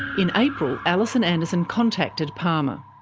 in april, alison anderson contacted palmer.